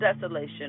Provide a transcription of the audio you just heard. desolation